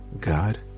God